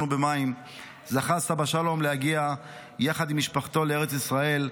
ובמים זכה סבא שלום להגיע יחד עם משפחתו לארץ ישראל,